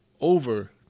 over